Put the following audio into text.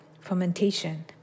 fermentation